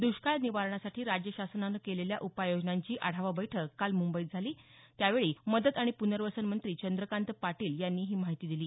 दष्काळ निवारणासाठी राज्य शासनानं केलेल्या उपाय योजनांची आढावा बैठक काल मुंबईत झाली यावेळी मदत आणि प्नर्वसन मंत्री चंद्रकांत पाटील यांनी ही माहिती दिली